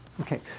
Okay